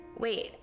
wait